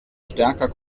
stärker